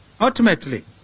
Ultimately